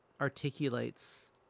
articulates